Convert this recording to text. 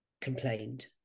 complained